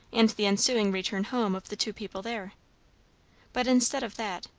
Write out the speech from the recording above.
and the ensuing return home of the two people there but instead of that,